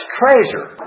treasure